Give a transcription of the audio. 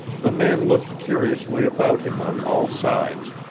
the man looked curiously about him on all sides,